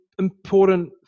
important